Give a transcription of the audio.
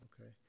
Okay